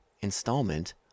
installment